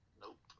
Nope